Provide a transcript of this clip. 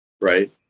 Right